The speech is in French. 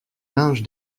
linge